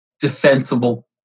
Defensible